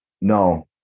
No